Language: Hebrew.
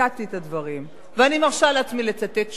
ציטטתי את הדברים, ואני מרשה לעצמי לצטט שוב.